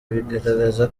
biragaragaza